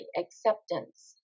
acceptance